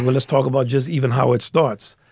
let's talk about just even how it starts.